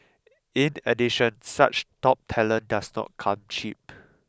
in addition such top talent does not come cheap